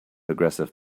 aggressive